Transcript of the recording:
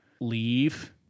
leave